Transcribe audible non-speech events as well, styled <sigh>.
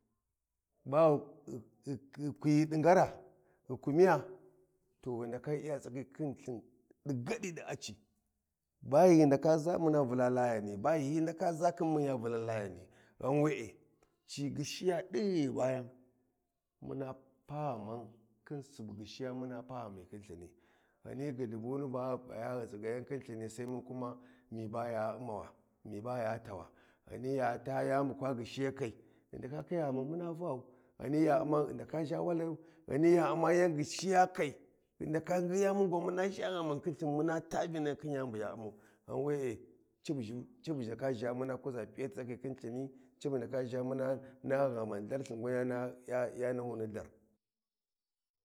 <unintelligible> ghi kumiya to ghi ndaka Iya taghi khin lthin ɗi gadi ɗi a ci, ba ghi ghu ndaka ʒa mun Vula layani ba ghi hi ndaka ʒa mun Vula Layani ba ghi hi ndaka ʒa khin mun ya vulau Layani, ghan we’e ci gyishiya ɗin ghi ghu bayan mun paa ghaman khin subu gyishiya mun paa ghaman khin lthini, ci gyishiya muna paa ghani khi. Lthini, ghani ghulhu buni ba ghi p’aya ghi tsigayan khin lthini sai mun kuma mi ba ya U’mawa, mi baya tawa, ghani ya ta yani bu kwa gyishiyakai ghi ndaka khiya ghaman muna vaghau, ghani ya uma, ghi ndaka ʒha walayu, gani ya U’ma yan gyishiyakai, ghi ndaka ngingiya mun ʒha ghaman khin lthin muna ta Vinahi khin yani bu ya umau, ghan we’e cabu ʒhu cabu ndaka ʒha mun kuʒa P’iyoti tsagi khit lthini, cabu ndaka ʒha muna naha ghaman lhar lthin gwan ya nahuni lhar.